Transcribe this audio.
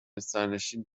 سرنشین